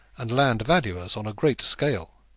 and land valuers on a great scale.